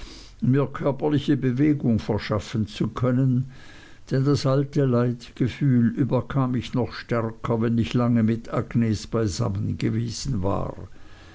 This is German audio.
mir körperliche bewegung verschaffen zu können denn das alte leidgefühl überkam mich noch stärker wenn ich lange mit agnes beisammen gewesen war